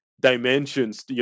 dimensions